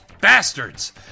bastards